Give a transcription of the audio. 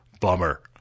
bummer